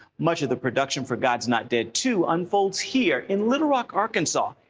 much of the production for god's not dead two unfolds here, in little rock, arkansas.